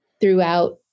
throughout